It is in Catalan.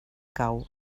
cau